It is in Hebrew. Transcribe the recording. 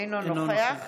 אינו נוכח